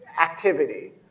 activity